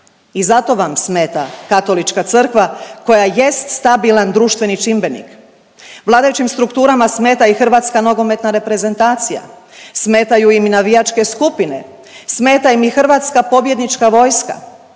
I zato vam smeta katolička crkva koja jest stabilan društveni čimbenik. Vladajućim strukturama smeta i hrvatska nogometna reprezentacija. Smetaju im i navijačke skupine. Smeta im i hrvatska pobjednička vojska.